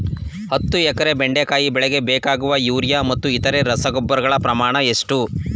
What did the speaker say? ಹತ್ತು ಎಕರೆ ಬೆಂಡೆಕಾಯಿ ಬೆಳೆಗೆ ಬೇಕಾಗುವ ಯೂರಿಯಾ ಮತ್ತು ಇತರೆ ರಸಗೊಬ್ಬರಗಳ ಪ್ರಮಾಣ ಎಷ್ಟು?